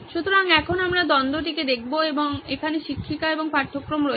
সুতরাং এখন আমরা দ্বন্দ্বটিকে দেখব এখানে শিক্ষিকা এবং পাঠ্যক্রম রয়েছে